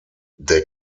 der